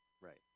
Right